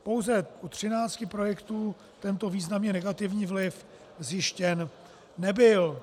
Pouze u 13 projektů tento významně negativní vliv zjištěn nebyl.